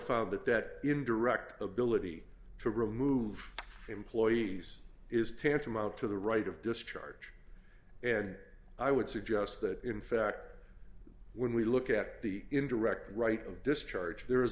that indirect ability to remove employees is tantamount to the right of discharge and i would suggest that in fact when we look at the indirect right of discharge there is